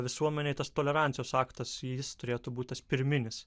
visuomenėj tas tolerancijos aktas jis turėtų būti tas pirminis